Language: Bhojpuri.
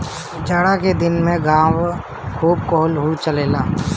जाड़ा के दिन में गांवे खूब कोल्हू चलेला